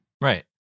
Right